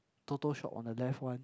Toto shop on the left one